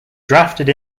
drafted